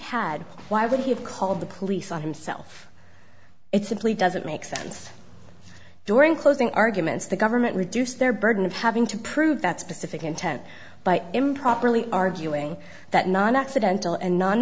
had why would he have called the police on himself it simply doesn't make sense during closing arguments the government reduce their burden of having to prove that specific intent by improperly arguing that non accidental and non